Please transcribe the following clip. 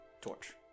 Torch